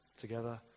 Together